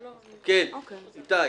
איתי.